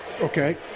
okay